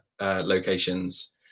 locations